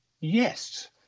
yes